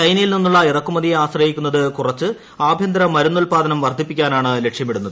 ചൈനയിൽ നിന്നുള്ള ഇറക്കുമതിയെ ആശ്രയിക്കുന്നത് കുറച്ച് ആഭ്യന്തര മരുന്നുൽപ്പാദനം വർദ്ധിപ്പിക്കാനാണ് ലക്ഷ്യമിടുന്നത്